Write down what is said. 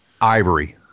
Ivory